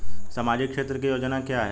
सामाजिक क्षेत्र की योजना क्या है?